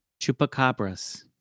Chupacabras